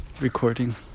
recording